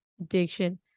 addiction